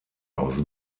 aus